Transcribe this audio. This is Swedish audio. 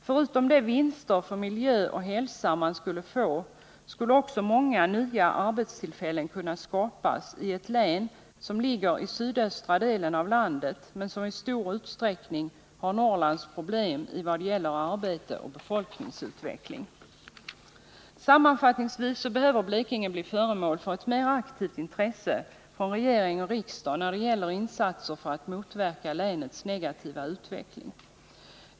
Förutom de fördelar ur miljöoch hälsosynpunkt som detta program skulle innebära, skulle även nya arbetstillfällen kunna skapas i ett län som ligger i sydöstra delen av landet men som i stor utsträckning har Norrlands problem i vad gäller arbete och befolkningsutveckling. Sammanfattningsvis behöver Blekinge bli föremål för ett mer aktivt intresse från regering och riksdag när det gäller insatser för att motverka länets negativa utveckling.